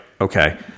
Okay